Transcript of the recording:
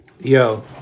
yo